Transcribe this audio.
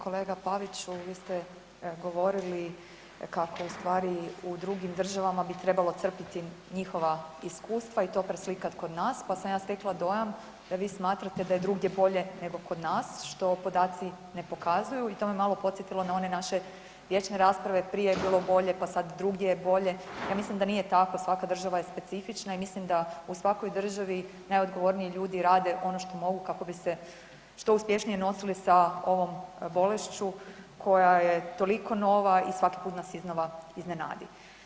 Kolega Pavić, vi ste govorili kako ustvari u drugim državama bi trebalo crpiti njihova iskustva i to preslikat kod nas pa sam ja stekla dojam da vi smatrate da je drugdje bolje nego kod nas, što podaci ne pokazuju i to me malo podsjetilo na one naše vječne rasprave „prije je bilo bolje, pa sad drugdje je bolje“, ja mislim da nije tako, svaka država je specifična i mislim da u svakoj državi, najodgovorniji ljudi rade ono što mogu kako bi se što uspješnije nosili sa ovom bolešću koja je tolika nova i svaki put nas iznova iznenadi.